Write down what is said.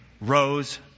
rose